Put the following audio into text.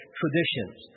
traditions